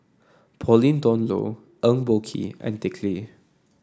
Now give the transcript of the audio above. Pauline Dawn Loh Eng Boh Kee and Dick Lee